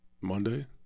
Monday